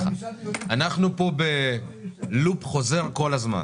אנחנו פה ב-loop חוזר כל הזמן.